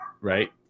right